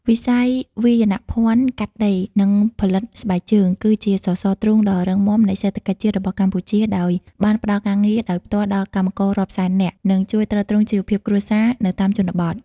វិស័យវាយនភណ្ឌ កាត់ដេរ និងផលិតស្បែកជើង គឺជាសសរទ្រូងដ៏រឹងមាំនៃសេដ្ឋកិច្ចជាតិរបស់កម្ពុជា ដោយបានផ្តល់ការងារដោយផ្ទាល់ដល់កម្មកររាប់សែននាក់ និងជួយទ្រទ្រង់ជីវភាពគ្រួសារនៅតាមជនបទ។